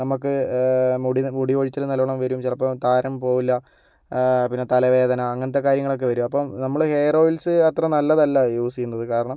നമുക്ക് മുടി മുടികൊഴിച്ചിൽ നല്ലനണ്ണം വരും ചിലപ്പം താരൻ പോകില്ല പിന്നെ തലവേദന അങ്ങനത്തെ കാര്യങ്ങളൊക്കെ വരും അപ്പം നമ്മൾ ഹെയർ ഓയിൽസ് അത്ര നല്ലതല്ല യൂസ് ചെയ്യുന്നത് കാരണം